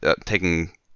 taking